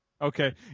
Okay